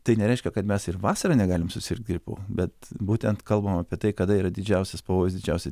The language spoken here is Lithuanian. tai nereiškia kad mes ir vasarą negalim susirgt gripu bet būtent kalbam apie tai kada yra didžiausias pavojus didžiausia